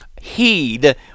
heed